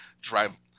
drive